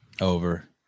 Over